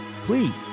please